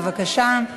בבקשה.